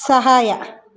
ಸಹಾಯ